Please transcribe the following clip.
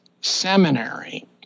seminary